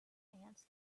ants